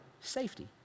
safety